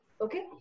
okay